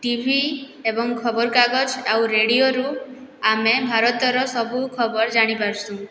ଟି V ଏବଂ ଖବର୍କାଗଜ୍ ଆଉ ରେଡ଼ିଓରୁ ଆମେ ଭାରତର ସବୁ ଖବର୍ ଜାଣିପାର୍ସୁଁ